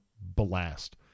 blast